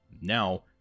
Now